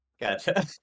Gotcha